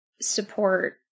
support